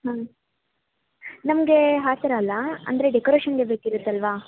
ಹಾಂ ನಮಗೆ ಆ ಥರ ಅಲ್ಲ ಅಂದರೆ ಡೆಕೋರೇಷನ್ಗೆ ಬೇಕಿರುತ್ತಲ್ವಾ